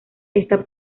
esta